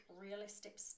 realistic